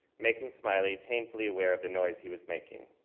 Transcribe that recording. making smiley painfully aware of the noise he was making.